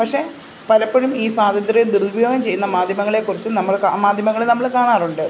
പക്ഷേ പലപ്പോഴും ഈ സ്വാതന്ത്ര്യം ദുരുപയോഗം ചെയ്യുന്ന മാധ്യമങ്ങളെ കുറിച്ച് നമ്മൾ മാധ്യമങ്ങളെ നമ്മൾ കാണാറുണ്ട്